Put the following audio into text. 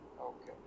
Okay